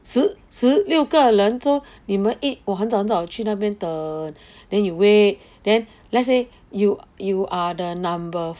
十十六个人 so 你们一 !wah! 很早很早去那边等 then you wait then let's say you you are the number